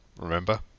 Remember